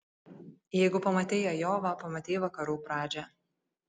jeigu pamatei ajovą pamatei vakarų pradžią